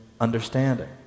understanding